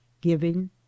giving